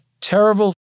terrible